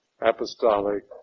apostolic